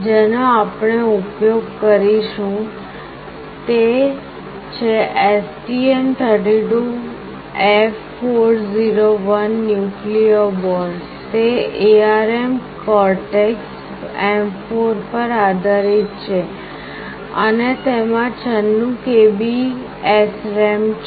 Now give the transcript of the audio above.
જેનો આપણે ઉપયોગ કરીશું તે છે STM32F401 ન્યુક્લિયો બોર્ડ તે ARM Cortex M4 પર આધારિત છે અને તેમાં 96KB SRAM છે